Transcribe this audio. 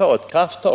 ta krafttag.